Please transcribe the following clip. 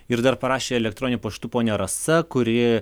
ir dar parašė elektroniniu paštu ponia rasa kuri